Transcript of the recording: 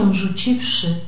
rzuciwszy